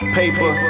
paper